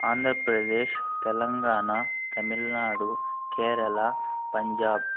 Andhra Pradesh Telangana Tamil Nadu Kerala Punjab